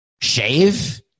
Shave